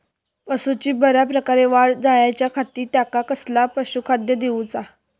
पशूंची बऱ्या प्रकारे वाढ जायच्या खाती त्यांका कसला पशुखाद्य दिऊचा?